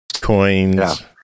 coins